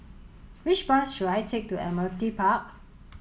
which bus should I take to Admiralty Park